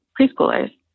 preschoolers